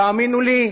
תאמינו לי,